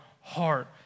heart